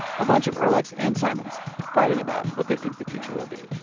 a bunch of ehrlichs and simons fighting about what they think the future will be